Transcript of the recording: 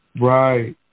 right